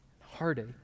heartache